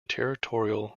territorial